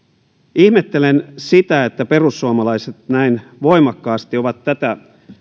ihmettelen sitä että perussuomalaiset näin voimakkaasti ovat tätä